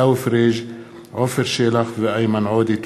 עיסאווי פריג', עפר שלח ואיימן עודה בנושא: